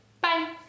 Bye